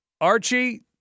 Archie